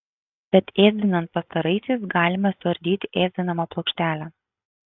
tad ėsdinant pastaraisiais galima suardyti ėsdinamą plokštelę